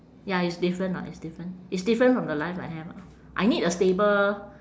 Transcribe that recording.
ya it's different ah it's different it's different from the life I have lah I need a stable